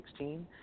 2016